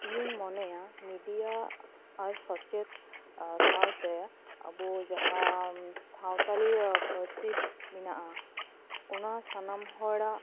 ᱤᱧᱤᱧ ᱢᱚᱱᱮᱭᱟ ᱢᱤᱰᱤᱭᱟ ᱟᱨ ᱥᱚᱪᱮᱫ ᱥᱟᱶᱛᱮ ᱟᱵᱚ ᱡᱟᱦᱟᱸ ᱥᱟᱶᱛᱟᱞᱤ ᱯᱟᱹᱨᱥᱤ ᱢᱮᱱᱟᱜᱼᱟ ᱚᱱᱟ ᱥᱟᱱᱟᱢ ᱦᱚᱲᱟᱜ